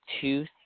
two